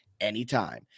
anytime